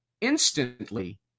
instantly